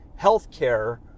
healthcare